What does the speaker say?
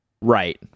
Right